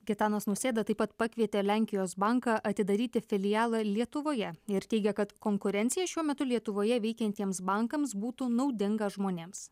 gitanas nausėda taip pat pakvietė lenkijos banką atidaryti filialą lietuvoje ir teigia kad konkurencija šiuo metu lietuvoje veikiantiems bankams būtų naudinga žmonėms